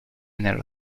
nello